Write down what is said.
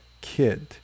kid